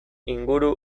inguru